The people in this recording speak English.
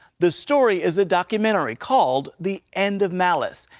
the story is a documentary called the end of malice.